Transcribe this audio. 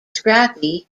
scrappy